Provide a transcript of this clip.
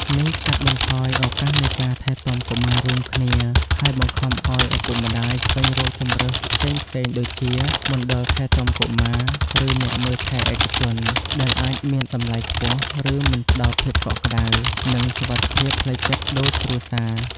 នេះកាត់បន្ថយឱកាសនៃការថែទាំកុមាររួមគ្នា ហើយបង្ខំឱ្យឪពុកម្ដាយស្វែងរកជម្រើសផ្សេងៗដូចជាមណ្ឌលថែទាំកុមារ ឬអ្នកមើលថែឯកជន ដែលអាចមានតម្លៃខ្ពស់ ឬមិនផ្ដល់ភាពកក់ក្ដៅ និងសុវត្ថិភាពផ្លូវចិត្តដូចគ្រួសារ។